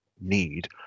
need